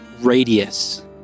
radius